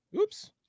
oops